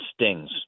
stings